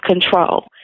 control